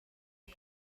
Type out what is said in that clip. sut